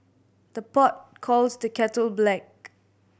the pot calls the kettle black